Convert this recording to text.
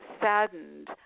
saddened